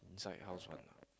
inside house [one]